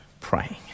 praying